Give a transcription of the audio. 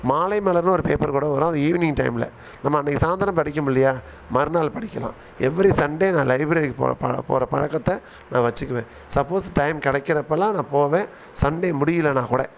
மாலைமலருன்னு ஒரு பேப்பர் கூட வரும் அது ஈவினிங் டைமில் நம்ம அன்றைக்கி சாயந்தரம் படிக்க முடிலையா மறுநாள் படிக்கலாம் எவ்ரி சன்டே நான் லைப்ரரிக்கு போ பா போகிற பழக்கத்தை நான் வச்சுக்குவேன் சப்போஸ் டைம் கிடைக்கிறப்பெல்லாம் நான் போவேன் சன்டே முடியலைனா கூட